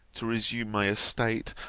to resume my estate,